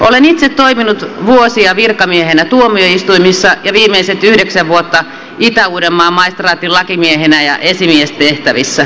olen itse toiminut vuosia virkamiehenä tuomioistuimissa ja viimeiset yhdeksän vuotta itä uudenmaan maistraatin lakimiehenä ja esimiestehtävissä